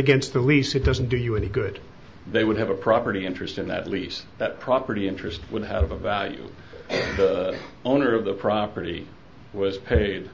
against the lease it doesn't do you any good they would have a property interest in that lease that property interest would have a value owner of the property was paid